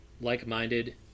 like-minded